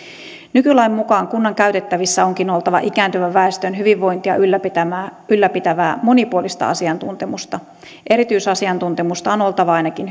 nykylain mukaan kunnan käytettävissä onkin oltava ikääntyvän väestön hyvinvointia ylläpitävää ylläpitävää monipuolista asiantuntemusta erityisasiantuntemusta on oltava ainakin